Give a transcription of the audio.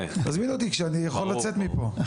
תזמין אותי כשאני יכול לצאת מפה.